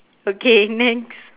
okay next